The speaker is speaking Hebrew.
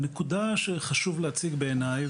הנקודה שחשוב להציג בעיניי,